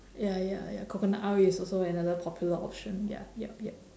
ya ya ya coconut oil is also another popular option ya yup yup